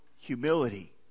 humility